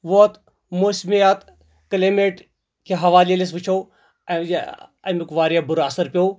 ووٚت موسمِیات کٕلایمیٹ کہِ حوالہٕ ییٚلہِ أسۍ وُچھو اَمیُک واریاہ بُرٕ اَثر پیٚوو